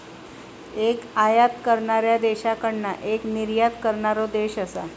एक आयात करणाऱ्या देशाकडना एक निर्यात करणारो देश असा